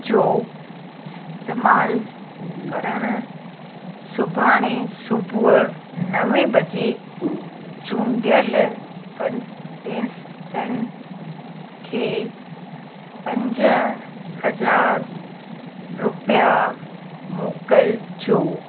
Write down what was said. जो इस्तेमालु करणु सुभाणे सुबूह नवें बजे चूंडियल कंटेस्टनि खे पंज हज़ार रुपिया मोकिलिजो